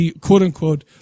quote-unquote